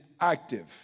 active